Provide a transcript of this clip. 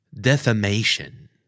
Defamation